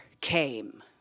came